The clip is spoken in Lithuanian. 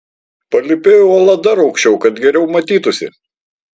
palypėju uola dar aukščiau kad geriau matytųsi